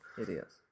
Idiots